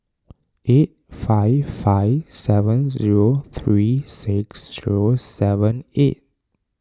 eight five five seven zero three six zero seven eight